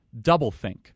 doublethink